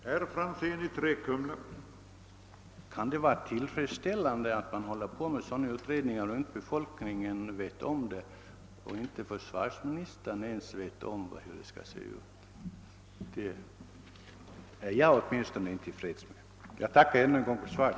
Herr talman! Kan det vara tillfredsställande att utredning pågår utan att befolkningen och inte ens försvarsministern vet om det? åtminstone inte jag är till freds med detta. Jag tackar än en gång för svaret.